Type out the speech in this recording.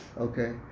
okay